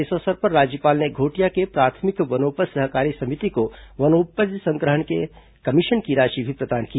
इस अवसर पर राज्यपाल ने घोटिया के प्राथमिक वनोपज सहकारी समिति को वनोपज संग्रहण के कमीशन की राशि भी प्रदान की